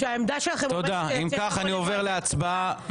אם כך, אני עובר להצבעה.